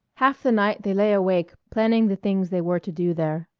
half the night they lay awake planning the things they were to do there.